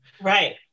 Right